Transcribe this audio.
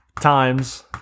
times